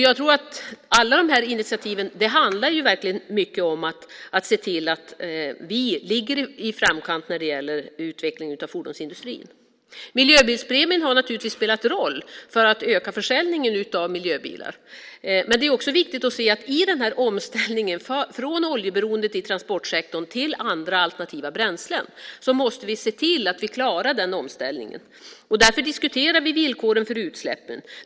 Jag tror att alla de här initiativen verkligen mycket handlar om att se till att vi ligger i framkant när det gäller utvecklingen av fordonsindustrin. Miljöbilspremien har naturligtvis spelat roll för att öka försäljningen av miljöbilar. Men det är också viktigt att vi vid omställningen från oljeberoendet i transportsektorn till andra alternativa bränslen ser till att vi verkligen klarar denna omställning. Därför diskuterar vi villkoren för utsläppen.